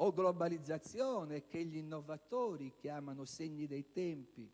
o globalizzazione e che gli innovatori chiamano segni dei tempi